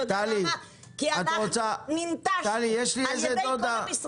כי אנחנו ננטשנו על ידי כל המשרדים.